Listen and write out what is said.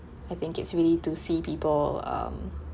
I think it's really to see people um